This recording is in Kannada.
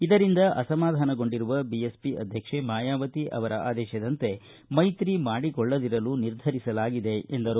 ಇದರಿಂದ ಬೇಸತ್ತಿರುವ ರಾಷ್ಷೀಯ ಬಿಎಸ್ಸಿ ಅಧ್ವಕ್ಷೆ ಮಾಯಾವತಿ ಅವರ ಆದೇಶದಂತೆ ಮೈತ್ರಿ ಮಾಡಿಕೊಳ್ಳದಿರಲು ನಿರ್ಧರಿಸಲಾಗಿದೆ ಎಂದರು